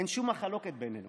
אין שום מחלוקת בינינו